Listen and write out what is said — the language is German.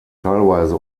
teilweise